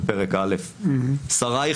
עכשיו במונח המחדלי של המושג,